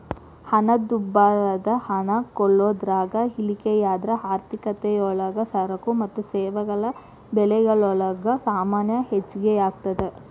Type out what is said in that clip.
ಹಣದುಬ್ಬರದ ಹಣ ಕೊಳ್ಳೋದ್ರಾಗ ಇಳಿಕೆಯಾದ್ರ ಆರ್ಥಿಕತಿಯೊಳಗ ಸರಕು ಮತ್ತ ಸೇವೆಗಳ ಬೆಲೆಗಲೊಳಗ ಸಾಮಾನ್ಯ ಹೆಚ್ಗಿಯಾಗ್ತದ